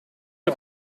der